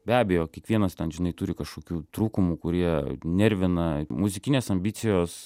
be abejo kiekvienas ten žinai turi kažkokių trūkumų kurie nervina muzikinės ambicijos